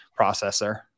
processor